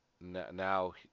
now